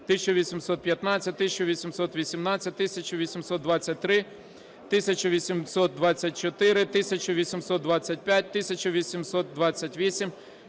1815, 1818, 1823, 1824, 1825, 1828,